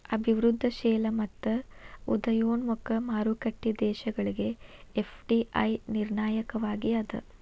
ಅಭಿವೃದ್ಧಿಶೇಲ ಮತ್ತ ಉದಯೋನ್ಮುಖ ಮಾರುಕಟ್ಟಿ ದೇಶಗಳಿಗೆ ಎಫ್.ಡಿ.ಐ ನಿರ್ಣಾಯಕವಾಗಿ ಅದ